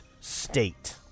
state